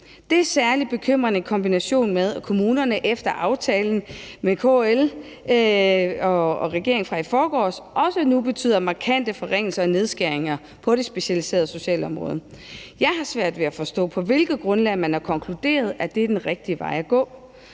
er særlig bekymrende i kombination med, at aftalen med KL og regeringen fra i forgårs nu også betyder markante forringelser og nedskæringer på det specialiserede socialområde. Jeg har svært ved at forstå, på hvilket grundlag man har konkluderet, at det er den rigtige vej at gå.